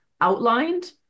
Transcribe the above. outlined